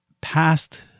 past